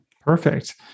Perfect